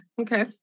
Okay